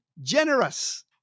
generous